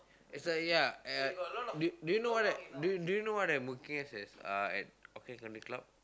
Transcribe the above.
as I ya uh do you know what I do you know what I I'm working as as uh at Orchid Country club